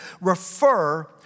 refer